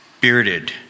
Bearded